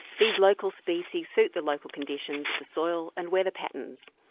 these local species suit the local conditions, the soil and weather patterns.